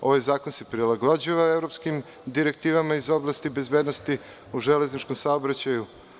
Ovaj zakon se prilagođava evropskim direktivama iz oblasti bezbednosti u železničkom saobraćaju.